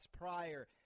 prior